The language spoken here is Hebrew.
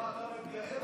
מה, אתה מתגאה בזה?